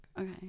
Okay